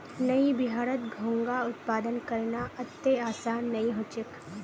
नइ बिहारत घोंघा उत्पादन करना अत्ते आसान नइ ह छेक